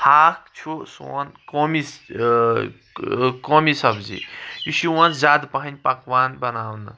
ہاکھ چھ سون قومی قومی سبزی یہِ چھ یوان زیادٕ پہم پکوان بناونہٕ